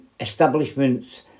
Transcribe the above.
establishments